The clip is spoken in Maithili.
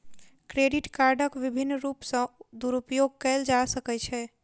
क्रेडिट कार्डक विभिन्न रूप सॅ दुरूपयोग कयल जा सकै छै